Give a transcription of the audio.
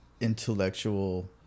intellectual